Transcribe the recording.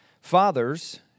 fathers